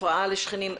הפרעה לשכנים?